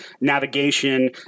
navigation